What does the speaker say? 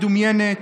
מדומיינת,